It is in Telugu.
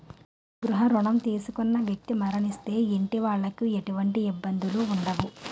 గృహ రుణం తీసుకున్న వ్యక్తి మరణిస్తే ఇంటి వాళ్లకి ఎటువంటి ఇబ్బందులు ఉండవు